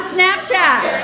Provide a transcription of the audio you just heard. Snapchat